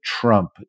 Trump